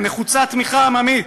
ונחוצה תמיכה עממית.